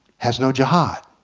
has no jihad.